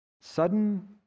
Sudden